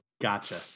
gotcha